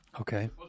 Okay